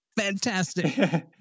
Fantastic